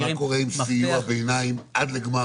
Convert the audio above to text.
מה קורה עם סיוע ביניים עד לגמר ההכשרה?